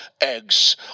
eggs